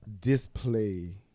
display